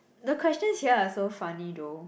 the questions here are so funny though